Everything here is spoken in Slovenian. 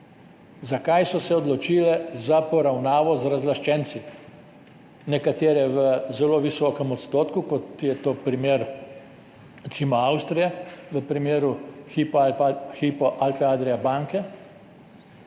Zakaj so se odločile za poravnavo z razlaščenci? Nekatere v zelo visokem odstotku, kot je to primer recimo Avstrije v primeru Hypo Alpe Adria banke,